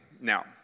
Now